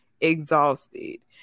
exhausted